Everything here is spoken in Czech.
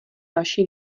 vaší